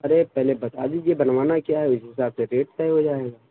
ارے پہلے بتا دیجیے بنوانا کیا ہے اسی حساب سے ریٹ طے ہو جائے